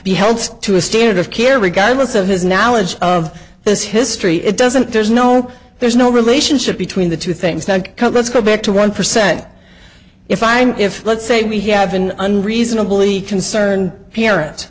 be held to a standard of care regardless of his knowledge of this history it doesn't there's no there's no relationship between the two things now let's go back to one percent if i'm if let's say we have been unreasonably concerned parent